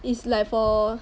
it's like for